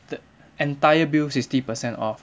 the entire bill sixty percent off